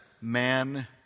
man